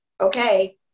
okay